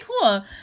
cool